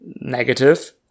negative